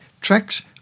tracks